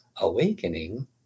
awakening